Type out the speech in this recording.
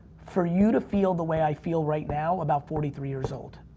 for you to feel the way i feel right now about forty three years old.